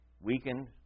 Weakened